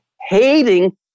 hating